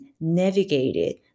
navigated